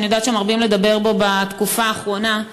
שאני יודעת שמרבים לדבר בו בתקופה האחרונה.